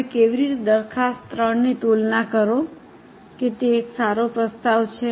તમે કેવી રીતે દરખાસ્ત 3 ની તુલના કરો કે તે એક સારો પ્રસ્તાવ છે